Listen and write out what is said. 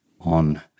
on